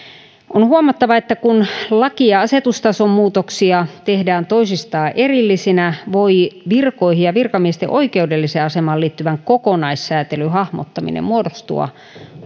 on huomattava että kun laki ja asetustason muutoksia tehdään toisistaan erillisinä voi virkoihin ja virkamiesten oikeudelliseen asemaan liittyvän kokonaissääntelyn hahmottaminen muodostua